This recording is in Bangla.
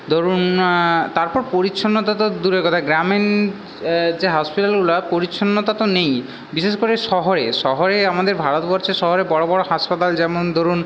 ধরুন তারপর পরিচ্ছন্নতা তো দূরের কথা গ্রামীণ যে হসপিটালগুলা পরিচ্ছন্নতা তো নেই বিশেষ করে শহরে শহরে আমাদের ভারতবর্ষের শহরে বড়ো বড়ো হাসপাতাল যেমন ধরুন